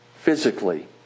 physically